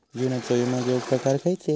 जीवनाचो विमो घेऊक प्रकार खैचे?